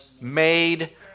made